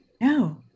No